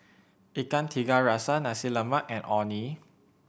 Ikan Tiga Rasa Nasi Lemak and Orh Nee